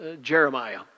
Jeremiah